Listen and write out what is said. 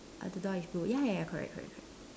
uh the door is blue ya ya correct correct correct